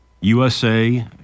USA